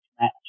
match